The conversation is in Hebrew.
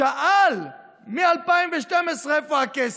שאל ב-2012 איפה הכסף.